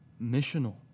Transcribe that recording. missional